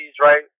right